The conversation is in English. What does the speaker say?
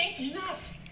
Enough